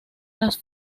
las